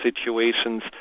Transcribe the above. situations